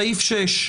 סעיף 6,